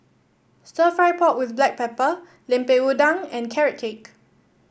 stir fry pork with Black Pepper Lemper Udang and Carrot Cake